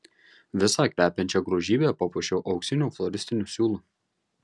visą kvepiančią grožybę papuošiau auksiniu floristiniu siūlu